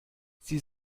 sie